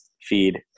feed